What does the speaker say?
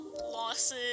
losses